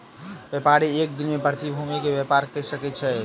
व्यापारी एक दिन में प्रतिभूति के व्यापार कय सकै छै